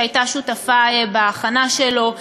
שהייתה שותפה בהכנה שלו,